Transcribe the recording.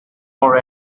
more